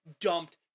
dumped